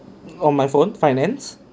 on my phone finance